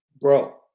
Bro